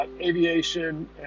aviation